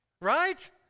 Right